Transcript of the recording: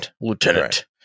Lieutenant